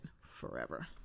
forever